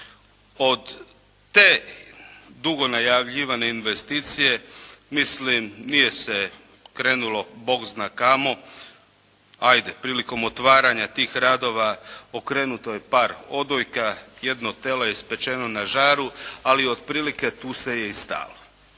Od te dugo najavljivane investicije mislim nije se krenulo Bog zna kamo, ajde prilikom otvaranja tih radova okrenuto je par odojka, jedno tele je ispečeno na žaru, ali otprilike tu se je i stalo.